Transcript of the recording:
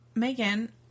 megan